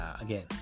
again